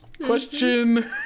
Question